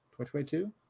2022